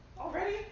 Already